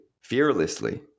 fearlessly